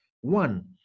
One